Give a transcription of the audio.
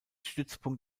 stützpunkt